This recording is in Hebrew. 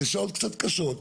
אלה שעות קצת קשות,